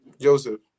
Joseph